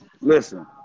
Listen